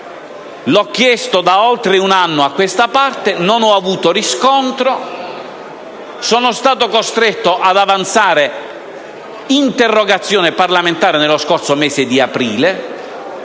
L’ho chiesto da oltre un anno a questa parte; non ho avuto riscontro; sono stato costretto ad avanzare un’interrogazione parlamentare nello scorso mese di aprile